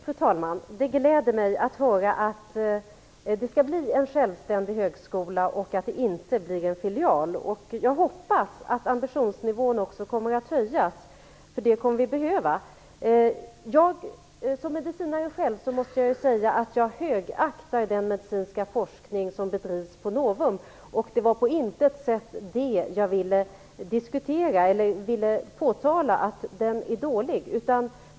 Fru talman! Det gläder mig att höra att det skall bli en självständig högskola och att det inte blir en filial. Jag hoppas att ambitionsnivån också kommer att höjas. Det kommer vi att behöva. Som medicinare själv måste jag säga att jag högaktar den medicinska forskning som bedrivs på Novum. Det var på intet sätt det jag ville diskutera, eller att jag ville påtala att den är dålig.